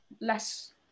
less